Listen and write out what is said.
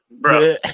bro